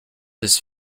this